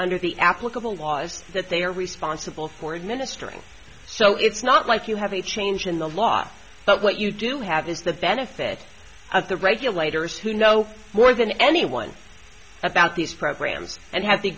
under the applicable laws that they are responsible for administering so it's not like you have a change in the law but what you do have is the benefit of the regulators who know more than anyone about this program's and have the